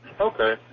Okay